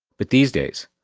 but these days,